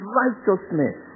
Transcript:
righteousness